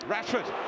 Rashford